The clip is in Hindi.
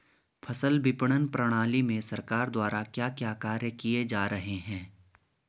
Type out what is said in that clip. फसल विपणन प्रणाली में सरकार द्वारा क्या क्या कार्य किए जा रहे हैं?